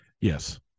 yes